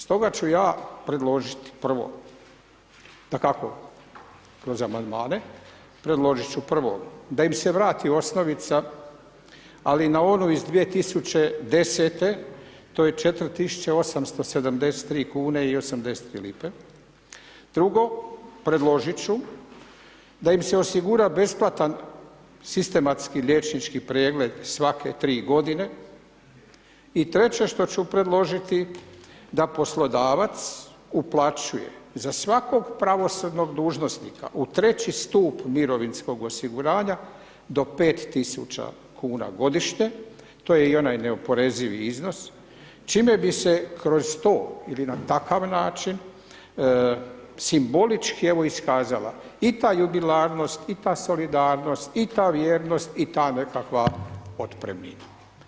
Stoga ću ja predložiti, prvo, dakako kroz amandmane, predložit ću prvo da im se vrati osnovica ali na onu iz 2010. to je 4.873,83 kuna, drugo predložit ću da im se osigura besplatan sistematski liječnički pregled svake 3 godine i treće što ću predložiti da poslodavac uplaćuje za svakog pravosudnog dužnosnika u treći stup Mirovinskog osiguranja do 5.000,00 kn godišnje, to je i onaj neoporezivi iznos, čime bi se kroz to ili na takav način simbolički, evo, iskazala i ta jubilarnost i ta solidarnost i ta vjernost i ta nekakva otpremnina.